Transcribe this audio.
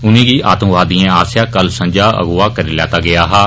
उनेंगी आतंकवादिऐं आस्सेआ कल संञा अगुवाह करी लैता गेआ हा